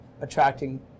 attracting